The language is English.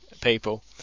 people